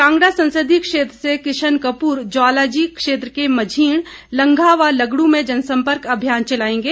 कांगड़ा संसदीय क्षेत्र से किशन कपूर ज्वालाजी क्षेत्र के मझीण लंघा व लगडू में जनसंपर्क अभियान चलाएंगे